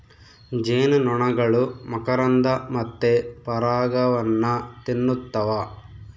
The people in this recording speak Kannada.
ಜೇನುನೊಣಗಳು ಮಕರಂದ ಮತ್ತೆ ಪರಾಗವನ್ನ ತಿನ್ನುತ್ತವ